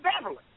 Beverly